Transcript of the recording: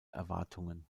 erwartungen